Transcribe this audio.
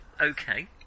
Okay